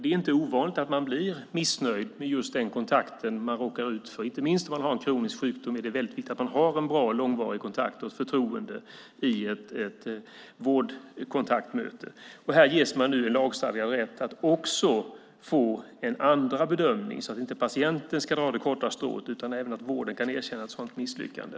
Det är inte ovanligt att man blir missnöjd med just den kontakten. Inte minst när man har en kronisk sjukdom är det väldigt viktigt att man har en bra och långvarig kontakt och ett förtroende i ett vårdkontaktmöte. Dessutom har man nu en lagstadgad rätt att få en andra bedömning så att patienten inte ska dra det korta strået utan även vården kan erkänna ett misslyckande.